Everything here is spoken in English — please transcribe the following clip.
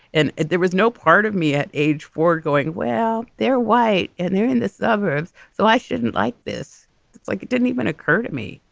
and there was no part of me at age four going, well, they're white and they're in the suburbs. so i shouldn't like this it's like it didn't even occur to me,